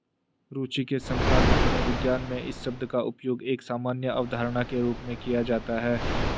रूचि के समकालीन मनोविज्ञान में इस शब्द का उपयोग एक सामान्य अवधारणा के रूप में किया जाता है